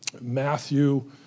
Matthew